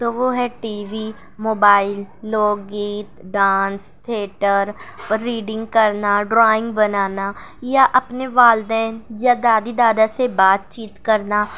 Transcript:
تو وہ ہے ٹی وی موبائل لوک گیت ڈانس تھیٹر ریڈنگ کرنا ڈرائینگ بنانا یا اپنے والدین یا دادی دادا سے بات چیت کرنا